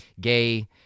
gay